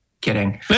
Kidding